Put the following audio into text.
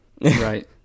Right